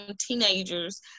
teenagers